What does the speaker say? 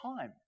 time